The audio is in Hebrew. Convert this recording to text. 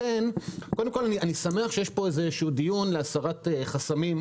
קודם כל אני שמח שיש פה דיון על הסרת חסמים,